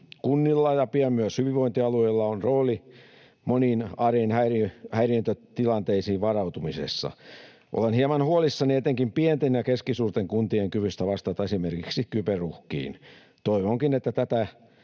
Kunnilla ja pian myös hyvinvointialueilla on rooli moniin arjen häirintätilanteisiin varautumisessa. Olen hieman huolissani etenkin pienten ja keskisuurten kuntien kyvystä vastata esimerkiksi kyberuhkiin. Toivonkin, että tätä